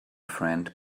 friend